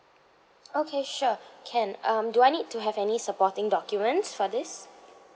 okay sure can um do I need to have any supporting documents for this